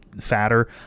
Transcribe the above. fatter